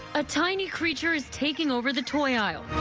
ah tiny creatures taking over the toy aisle.